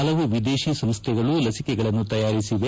ಹಲವು ವಿದೇಶಿ ಔಷಧಿ ಸಂಸ್ಥೆಗಳು ಲಸಿಕೆಗಳನ್ನು ತಯಾರಿಸಿದೆ